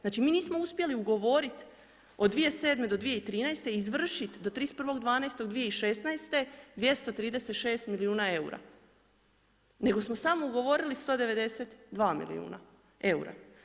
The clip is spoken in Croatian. Znači mi nismo uspjeli ugovoriti od 2007.-2013., izvršiti do 31. 12. 2016., 236 milijuna eura nego smo samo ugovorili 192 milijuna eura.